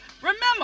Remember